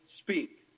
speak